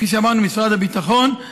כפי שאמרנו, משרד הביטחון.